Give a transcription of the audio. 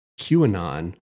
QAnon